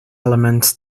element